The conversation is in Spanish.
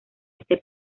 este